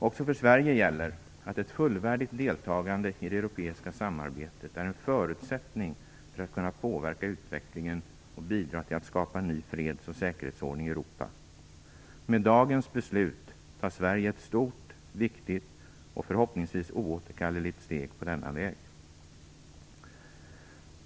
Också för Sverige gäller att ett fullvärdigt deltagande i det europeiska samarbetet är en förutsättning för att kunna påverka utvecklingen och bidra till att skapa en ny freds och säkerhetsordning i Europa. Med dagens beslut tar Sverige ett stort, viktigt och förhoppningsvis oåterkalleligt steg på denna väg.